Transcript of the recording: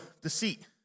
deceit